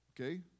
Okay